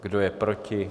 Kdo je proti?